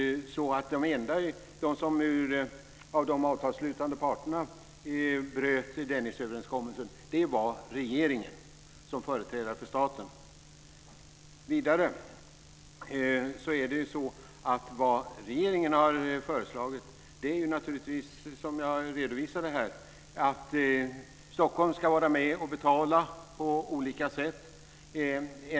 Den enda av de avtalsslutande parterna som bröt Dennisöverenskommelsen var regeringen som företrädare för staten. Vad regeringen har föreslagit är naturligtvis som jag redovisade här att Stockholm ska vara med och betala på olika sätt.